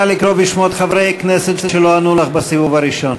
נא לקרוא בשמות חברי כנסת שלא ענו לך בסיבוב הראשון.